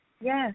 Yes